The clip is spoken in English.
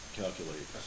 calculate